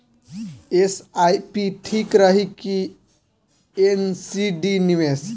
SIP ठीक रही कि एन.सी.डी निवेश?